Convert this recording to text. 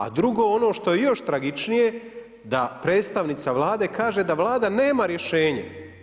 A drugo, ono što je još tragičnije da predstavnica Vlade kaže da Vlada nema rješenje.